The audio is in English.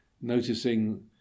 noticing